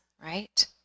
right